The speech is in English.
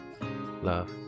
Love